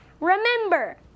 Remember